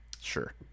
Sure